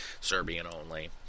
Serbian-only